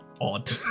odd